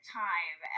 time